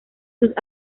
sus